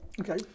Okay